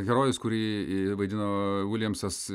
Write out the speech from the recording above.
herojus kurį vaidino viljamsas